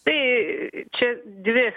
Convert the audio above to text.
tai čia dvi